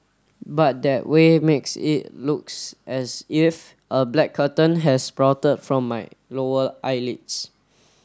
but that way makes it looks as if a black curtain has sprouted from my lower eyelids